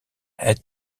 het